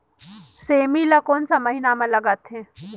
सेमी ला कोन सा महीन मां लगथे?